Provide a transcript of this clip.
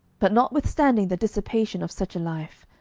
but notwithstanding the dissipation of such a life,